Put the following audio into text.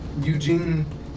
Eugene